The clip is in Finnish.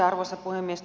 arvoisa puhemies